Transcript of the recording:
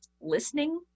listening